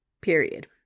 period